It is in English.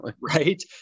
Right